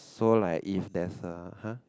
so like if there's a !huh!